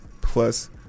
plus